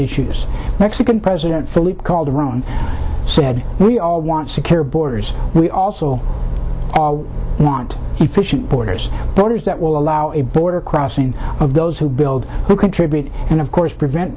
issues mexican president felipe calderon said we all want secure borders we also want efficient borders borders that will allow a border crossing of those who build to contribute and of course prevent